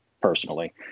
personally